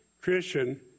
Christian